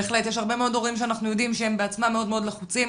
יש הרבה מאוד הורים שאנחנו יודעים שהם בעצמם מאוד מאוד לחוצים,